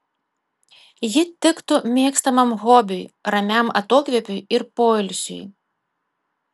ji tiktų mėgstamam hobiui ramiam atokvėpiui ir poilsiui